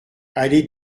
allée